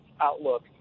outlook